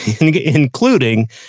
Including